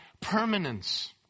permanence